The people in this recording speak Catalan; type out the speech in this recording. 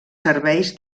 serveis